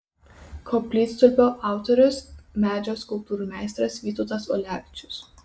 koplytstulpio autorius medžio skulptūrų meistras vytautas ulevičius